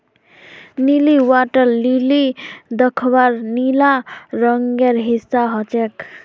नीली water lily दख्वार नीला रंगेर हिस्सा ह छेक